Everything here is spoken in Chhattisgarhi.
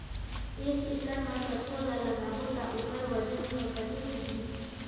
एक एकड़ मा सरसो ला लगाबो ता ओकर वजन हर कते होही?